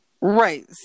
Right